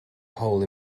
hole